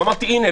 ואמרתי: הינה,